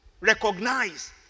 recognize